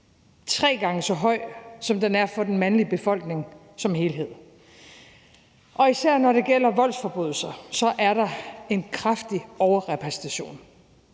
tre gange så høj, som den er for den mandlige befolkning som helhed. Og især når det gælder voldsforbrydelser, er der en kraftig overrepræsentation.